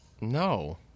No